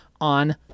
on